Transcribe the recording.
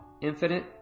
infinite